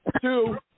two